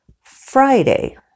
Friday